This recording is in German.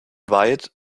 weit